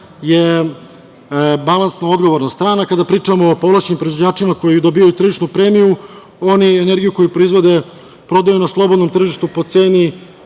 je balansno odgovorna strana. Kada pričamo o povlašćenim proizvođačima koji dobijaju tržišnu premiju, oni energiju koju proizvode prodaju na slobodnom tržištu po ceni